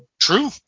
True